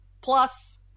Plus